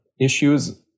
issues